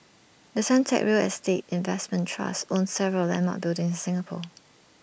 the Suntec real estate investment trust owns several landmark buildings in Singapore